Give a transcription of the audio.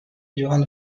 john